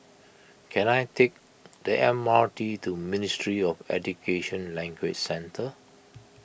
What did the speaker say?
can I take the M R T to Ministry of Education Language Centre